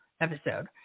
episode